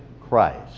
Christ